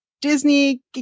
Disney